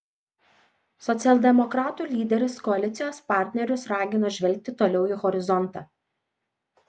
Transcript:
socialdemokratų lyderis koalicijos partnerius ragino žvelgti toliau į horizontą